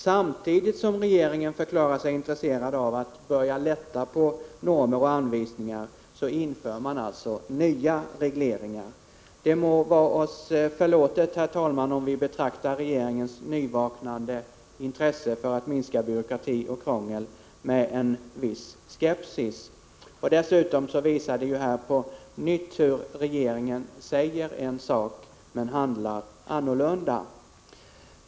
Samtidigt som regeringen förklarar sig intresserad av att börja lätta på normer och anvisningar, inför den alltså nya regleringar. Det må vara oss förlåtet, herr talman, om vi betraktar regeringens nyväckta intresse att minska byråkrati och krångel med viss skepsis. Detta visar på nytt hur regeringen säger en sak men handlar annorlunda.